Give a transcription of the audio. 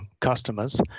customers